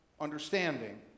understanding